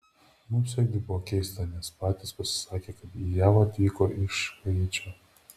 mums irgi buvo keista nes patys pasisakė kad į jav atvyko iš haičio